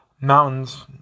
mountains